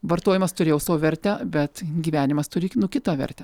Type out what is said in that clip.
vartojimas turėjo savo vertę bet gyvenimas turi nu kitą vertę